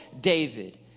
David